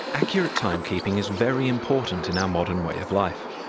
accurate timekeeping is very important in our modern way of life.